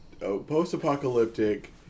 post-apocalyptic